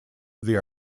they